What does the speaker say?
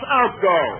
outgo